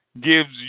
gives